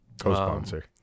co-sponsor